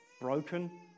broken